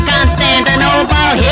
Constantinople